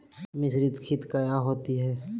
मिसरीत खित काया होती है?